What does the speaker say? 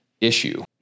issue